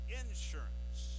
insurance